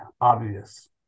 obvious